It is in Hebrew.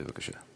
בבקשה.